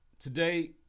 today